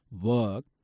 work